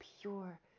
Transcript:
pure